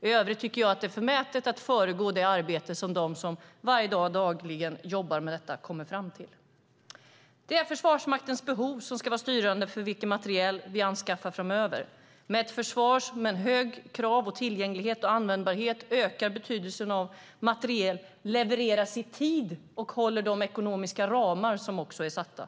I övrigt tycker jag att det är förmätet att föregå det arbete som de som dagligen jobbar med detta ska komma fram till. Det är Försvarsmaktens behov som ska vara styrande för vilken materiel vi anskaffar framöver. Med ett försvar med höga krav på tillgänglighet och användbarhet ökar betydelsen av att materiel levereras i tid och håller de ekonomiska ramar som också är satta.